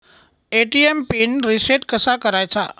ATM pin reset कसा करायचा?